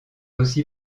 aussi